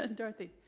and dorothy,